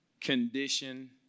condition